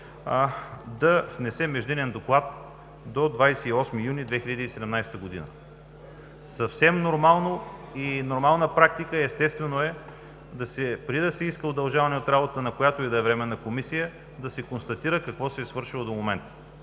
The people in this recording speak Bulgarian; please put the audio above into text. да внесе междинен доклад до 28 юни 2017 г. Съвсем нормална практика и естествено е преди да се иска удължаване на работата на която и да е временна комисия да се констатира какво се е свършило до момента.